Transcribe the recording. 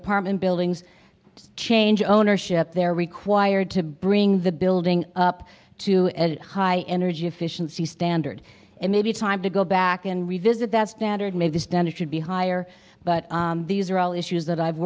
apartment buildings to change ownership they're required to bring the building up to edit high energy efficiency standard it may be time to go back and revisit that standard made this done it should be higher but these are all issues that i've